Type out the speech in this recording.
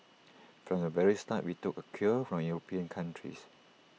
from the very start we took A cue from european countries